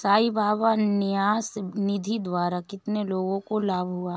साई बाबा न्यास निधि द्वारा कितने लोगों को लाभ हुआ?